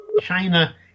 China